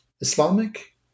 Islamic